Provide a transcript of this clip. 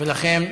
ולכן,